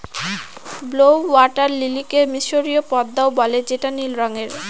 blue water লিলিকে মিসরীয় পদ্মাও বলে যেটা নীল রঙের